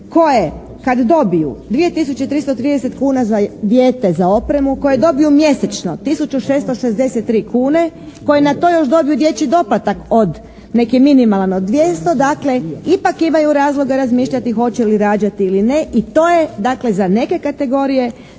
koje kad dobiju 2 tisuće 330 kuna za dijete za opremu, koje dobiju mjesečno tisuću 663 kune, koje na to još dobiju dječji doplatak od neki minimalan od 200, dakle ipak imaju razloga razmišljati hoće li rađati ili ne. I to je dakle za neke kategorije